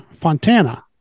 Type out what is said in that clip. Fontana